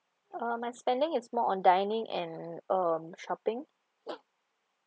uh my spending is more on dining and um shopping